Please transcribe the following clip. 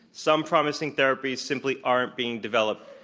some promising therapies simply aren't being developed.